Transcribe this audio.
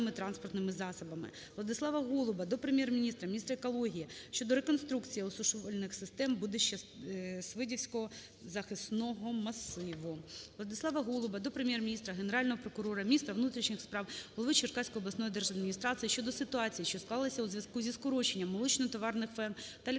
Владислава Голуба до Прем'єр-міністра, міністра екології щодо реконструкції осушувальних системБудище-Свидівоцького захисного масиву. Владислава Голуба до Прем'єр-міністра, Генерального прокурора, міністра внутрішніх справ, голови Черкаської обласної держадміністрації щодо ситуації, що склалась у зв'язку зі скороченняммолочно-товарних ферм та ліквідацією